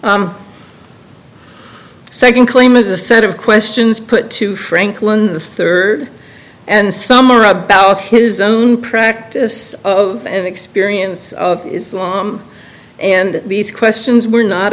need second claim is a set of questions put to franklin the third and some are about his own practice and experience of islam and these questions were not